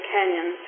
Canyon